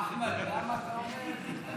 למה אתה אומר את זה?